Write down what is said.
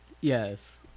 yes